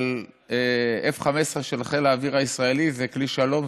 אבל F-15 של חיל האוויר הישראלי זה כלי שלום,